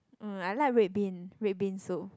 um I like red bean red bean soup